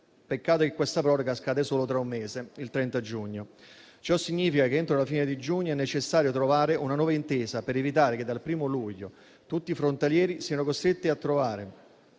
Peccato che questa proroga scada solo tra un mese, il 30 giugno. Ciò significa che entro la fine di giugno è necessario trovare una nuova intesa per evitare che dal 1° luglio tutti i frontalieri siano costretti a tornare